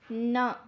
ਨਾ